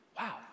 Wow